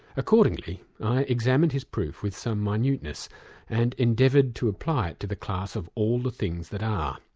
accordingly, i examined his proof with some minuteness and endeavoured to apply to the class of all the things that are.